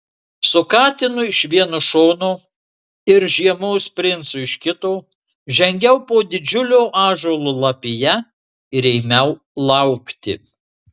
su katinu iš vieno šono ir žiemos princu iš kito žengiau po didžiulio ąžuolo lapija ir ėmiau laukti